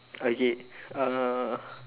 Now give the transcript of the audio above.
okay uh